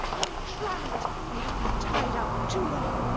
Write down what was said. untrammelled. we have been tied up too long.